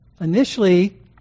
initially